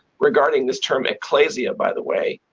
regarding this term ekklesia, by the way,